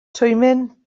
twymyn